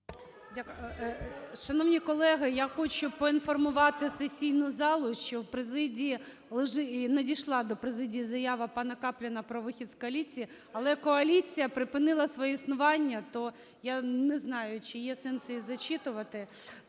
Дякую. Шановні колеги, я хочу проінформувати сесійну залу, що в президії... надійшла до президія заява пана Капліна про вихід з коаліції. Але коаліція припинила своє існування, то я не знаю, чи є сенс її зачитувати.